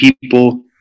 people